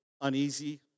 uneasy